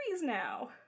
now